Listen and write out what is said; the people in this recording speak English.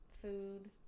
food